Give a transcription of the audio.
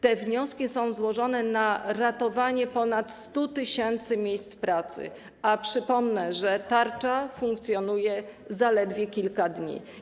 Te wnioski są złożone na ratowanie ponad 100 tys. miejsc prac, a przypomnę, że tarcza funkcjonuje zaledwie kilka dni.